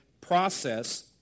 process